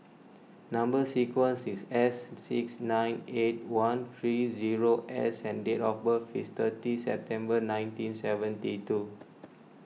Number Sequence is S six nine eight one three two zero S and date of birth is thirty September nineteen seventy two